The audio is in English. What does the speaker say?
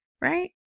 right